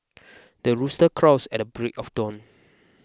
the rooster crows at the break of dawn